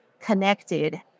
connected